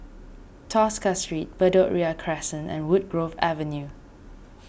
Tosca Street Bedok Ria Crescent and Woodgrove Avenue